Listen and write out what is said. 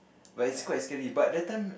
but it's quite scary but that time